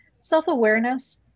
self-awareness